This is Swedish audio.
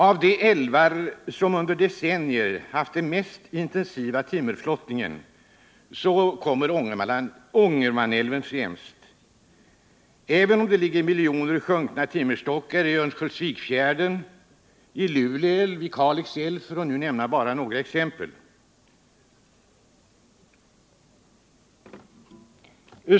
Av de älvar som under decennier har haft den mest intensiva timmerflottningen kommer Ångermanälven främst, även om det ligger miljoner sjunkna timmerstockar i Örnsköldsviksfjärden, i Lule älv och i Kalix älv, för att nu nämna bara några exempel.